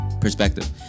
perspective